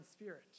spirit